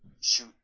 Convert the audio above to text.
shoot